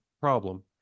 problem